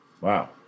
Wow